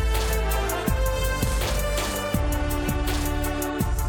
תם סדר-היום.